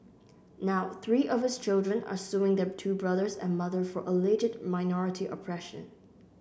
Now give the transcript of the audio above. now three of his children are suing their two brothers and mother for alleged minority oppression